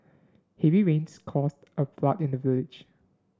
heavy rains caused a flood in the village